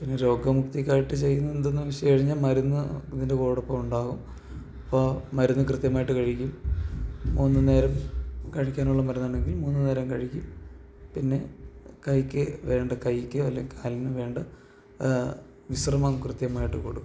പിന്നെ രോഗമുക്തിക്കായിട്ട് ചെയ്യുന്നത് എന്തെന്നു വച്ചുകഴിഞ്ഞാല് മരുന്ന് ഇതിൻ്റെ കൂടൊപ്പമുണ്ടാവും അപ്പോള് മരുന്ന് കൃത്യമായിട്ട് കഴിക്കും മൂന്നു നേരം കഴിക്കാനുള്ള മരുന്നാണെങ്കിൽ മൂന്ന് നേരം കഴിക്കും പിന്നെ കൈക്ക് വേണ്ട കൈക്കോ അല്ലെങ്കില് കാലിനോ വേണ്ട വിശ്രമം കൃത്യമായിട്ട് കൊടുക്കും